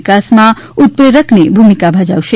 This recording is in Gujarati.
વિકાસમાં ઉત્પ્રેરકની ભૂમિકા ભજવશે